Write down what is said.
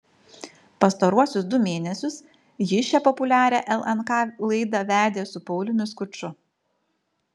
pastaruosius du mėnesius ji šią populiarią lnk laidą vedė su pauliumi skuču